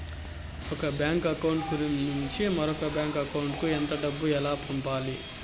ఒక bank account నుంచి మరొక బ్యాంకు అకౌంట్ కు ఎంత డబ్బు ఎలా పంపాలి